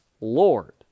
Lord